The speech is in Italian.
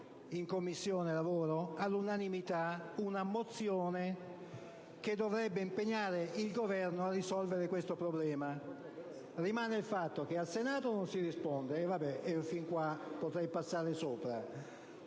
in Commissione lavoro all'unanimità una mozione che dovrebbe impegnare il Governo a risolvere il problema. Rimane il fatto che al Senato non si risponde - e su questo potrei sorvolare